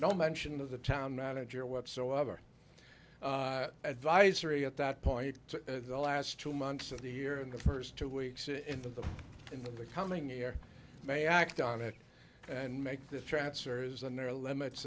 no mention of the town manager whatsoever at vice or at that point the last two months of the year and the first two weeks into the in the coming year may act on it and make the transfers and there are limits